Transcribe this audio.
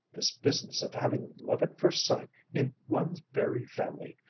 this business of having love-at-first-sight in one's very family!